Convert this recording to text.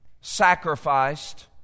sacrificed